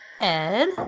Ed